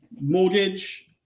mortgage